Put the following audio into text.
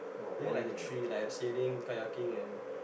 I only like the three like abseiling kayaking and